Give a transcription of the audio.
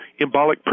embolic